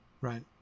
right